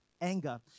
anger